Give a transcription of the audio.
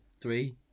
three